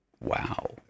Wow